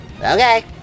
Okay